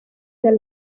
del